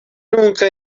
nunca